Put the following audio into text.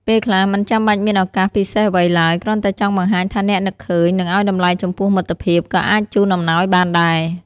ពេលខ្លះ មិនចាំបាច់មានឱកាសពិសេសអ្វីឡើយ គ្រាន់តែចង់បង្ហាញថាអ្នកនឹកឃើញ និងឲ្យតម្លៃចំពោះមិត្តភាព ក៏អាចជូនអំណោយបានដែរ។